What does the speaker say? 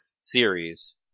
series